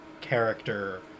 character